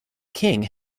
king